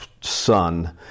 son